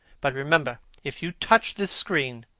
but, remember, if you touch this screen,